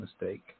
mistake